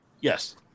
Yes